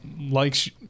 likes